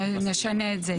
בסדר, נשנה את זה.